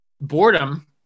boredom